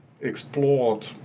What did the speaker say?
explored